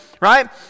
right